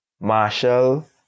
Marshall